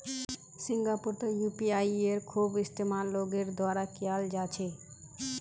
सिंगापुरतो यूपीआईयेर खूब इस्तेमाल लोगेर द्वारा कियाल जा छे